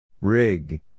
Rig